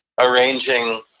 arranging